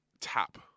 Tap